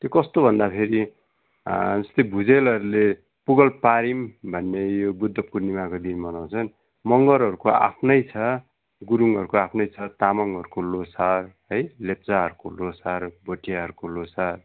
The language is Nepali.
त्यो कस्तो भन्दाखेरि जस्तै भुजेलहरूले पुगोलपारिम भन्ने यो बुद्ध पूर्णिमाको दिन मनाउँछन् मगरहरूको आफ्नै छ गुरुङहरूको आफ्नै छ तामाङहरूको लोसार है लेप्चाहरूको लोसार भोटियाहरूको लोसार